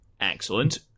Excellent